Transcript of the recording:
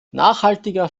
nachhaltiger